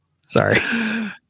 Sorry